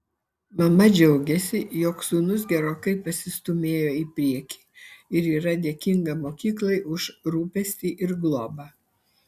mama džiaugiasi jog sūnus gerokai pasistūmėjo į priekį ir yra dėkinga mokyklai už rūpestį ir globą